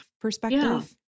perspective